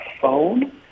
phone